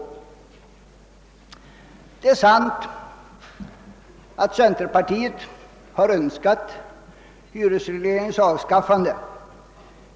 Det är sant att centerpartiet har önskat hyresregleringens avskaffande.